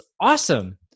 awesome